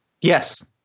Yes